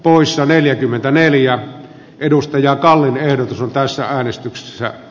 poissa neljäkymmentäneljä edustajaa kallen ehdotus on tässä äänestyksessä